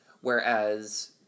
Whereas